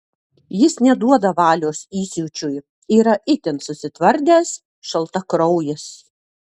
jis neduoda valios įsiūčiui yra itin susitvardęs šaltakraujis